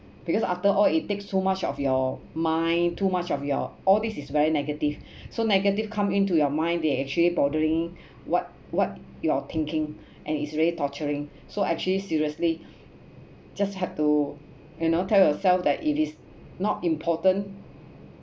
because after all it takes too much of your mind too much of your all this is very negative so negative come into your mind they actually bothering what what you're thinking and is very torturing so actually seriously just have to you know tell yourself that it is not important